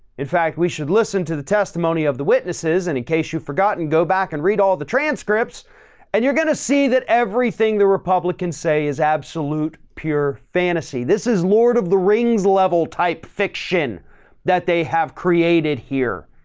in fact, we should listen to the testimony of the witnesses and in case you forgotten, go back and read all the transcripts and you're going to see that everything the republicans say is absolute pure fantasy. this is lord of the rings level type fiction that they have created here,